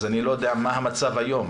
אז אני לא יודע מה המצב היום,